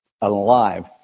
alive